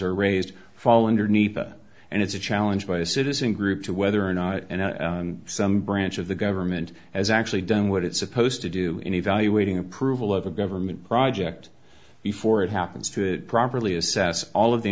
are raised follow underneath and it's a challenge by a citizen group to whether or not some branch of the government has actually done what it's supposed to do any valuating approval of a government project before it happens to properly assess all of the